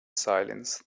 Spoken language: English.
silence